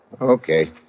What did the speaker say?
Okay